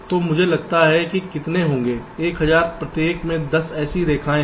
तो मुझे लगता है कि कितने होंगे 1000 प्रत्येक में 10 ऐसी रेखाएं हैं